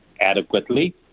adequately